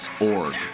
org